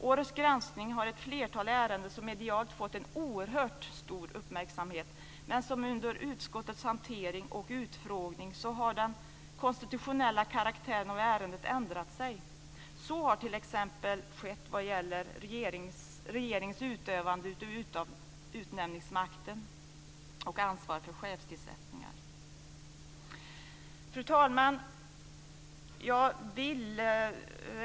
Årets granskning innehåller ett flertal ärenden som medialt fått en oerhört stor uppmärksamhet, men vars konstitutionella karaktär ändrat sig under utskottets hantering och utfrågning. Så har t.ex. skett vad gäller regeringens utövande av utnämningsmakten och ansvar för chefstillsättningar. Fru talman!